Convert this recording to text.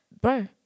Bro